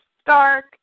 Stark